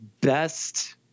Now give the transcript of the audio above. best